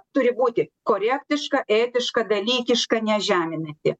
turi būti korektiška etiška dalykiška nežeminanti